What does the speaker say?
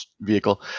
vehicle